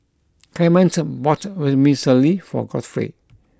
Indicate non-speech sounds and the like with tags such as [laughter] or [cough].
[noise] Clement bought Vermicelli for Godfrey